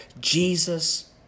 Jesus